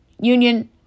Union